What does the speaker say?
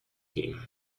team